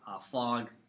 fog